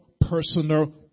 personal